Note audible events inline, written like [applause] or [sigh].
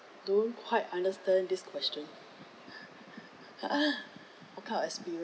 don't quite understand this question [laughs] what kind of experience